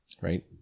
right